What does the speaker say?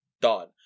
done